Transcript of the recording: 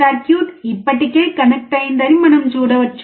circuit ఇప్పటికే connect అయిందని మనం చూడవచ్చు